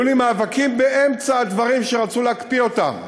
היו לי מאבקים באמצע הדברים, שרצו להקפיא אותם.